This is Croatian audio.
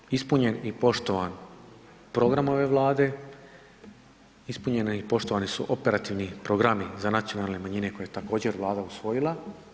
Time je ispunjen i poštovan program ove Vlade, ispunjeni i poštovani su operativni programi za nacionalne manjine koje je također, Vlada usvojila.